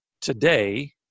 today